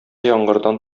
яңгырдан